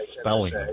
spelling